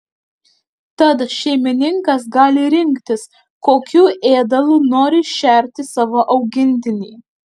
tad šeimininkas gali rinktis kokiu ėdalu nori šerti savo augintinį